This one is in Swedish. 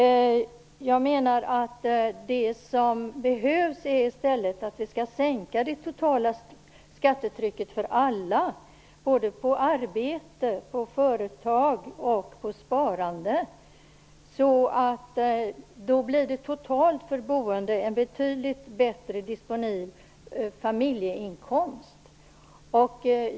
Jag menar att det som behövs är att vi i stället sänker det totala skattetrycket för alla, på både arbete, företag och sparande. Då blir det totalt för boende en betydligt bättre disponibel familjeinkomst.